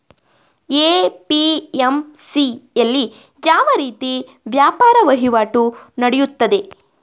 APMC ಯಲ್ಲಿ ಯಾವ ರೀತಿ ವ್ಯಾಪಾರ ವಹಿವಾಟು ನೆಡೆಯುತ್ತದೆ?